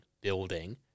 building